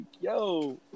yo